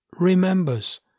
remembers